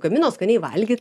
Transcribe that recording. gamino skaniai valgyt